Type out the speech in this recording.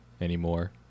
anymore